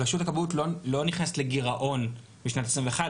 רשות הכבאות לא נכנסת לגרעון בשנת 2021,